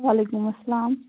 وَعلیکُم اَسلام